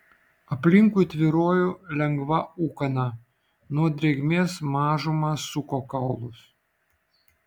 aplinkui tvyrojo lengva ūkana nuo drėgmės mažumą suko kaulus